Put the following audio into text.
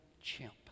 chimp